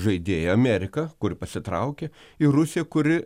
žaidėjai amerika kuri pasitraukė ir rusija kuri